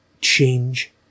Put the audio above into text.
change